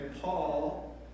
Paul